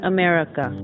America